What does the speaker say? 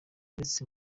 uretse